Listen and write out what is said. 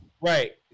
Right